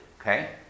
Okay